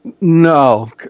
No